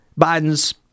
Biden's